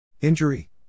Injury